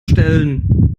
stellen